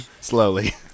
slowly